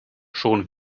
schon